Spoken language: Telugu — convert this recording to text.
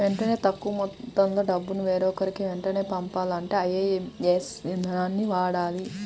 వెంటనే తక్కువ మొత్తంలో డబ్బును వేరొకరికి వెంటనే పంపాలంటే ఐఎమ్పీఎస్ ఇదానాన్ని వాడాలి